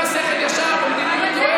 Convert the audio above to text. זה מה שעושים.